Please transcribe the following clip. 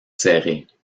serrés